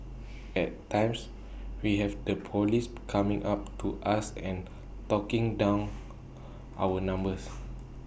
at times we have the Police coming up to us and taking down our numbers